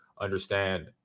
understand